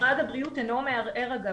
משרד הבריאות אינו מערער, אגב.